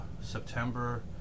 September